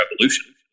revolution